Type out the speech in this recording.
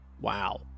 wow